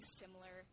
similar